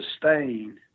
sustain